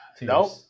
Nope